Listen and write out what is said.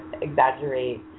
exaggerate